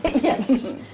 Yes